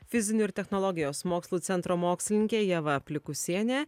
fizinių ir technologijos mokslų centro mokslininkė ieva plikusiene